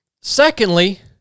Secondly